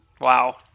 Wow